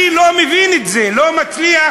אני לא מבין את זה, לא מצליח.